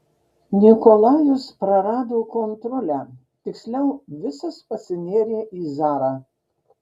nikolajus prarado kontrolę tiksliau visas pasinėrė į zarą